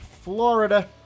Florida